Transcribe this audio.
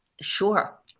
Sure